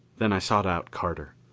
then i sought out carter.